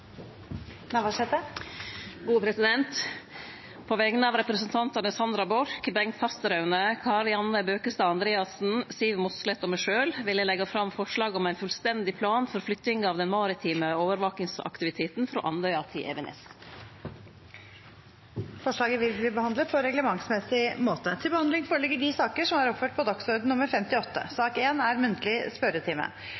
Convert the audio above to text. Navarsete vil fremsette et representantforslag. På vegner av representantane Sandra Borch, Bengt Fasteraune, Kari Anne Bøkestad Andreassen, Siv Mossleth og meg sjølv vil eg leggje fram forslag om ein fullstendig plan for flyttinga av den maritime overvakingsaktiviteten frå Andøya til Evenes. Forslaget vil bli behandlet på reglementsmessig måte. Stortinget mottok mandag meddelelse fra Statsministerens kontor om at statsminister Erna Solberg vil møte til muntlig spørretime. Statsministeren er